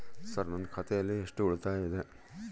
Sir ನನ್ನ ಖಾತೆಯಲ್ಲಿ ಎಷ್ಟು ಉಳಿತಾಯ ಇದೆ?